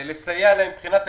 לסייע להם מבחינה תקציבית.